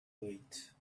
wait